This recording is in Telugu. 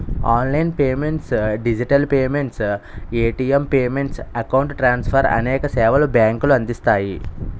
online payments digital payments, ATM payments, account transfer అనేక సేవలు బ్యాంకులు అందిస్తాయి